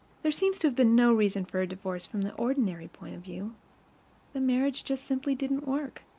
there seems to have been no reason for her divorce from the ordinary point of view the marriage just simply didn't work.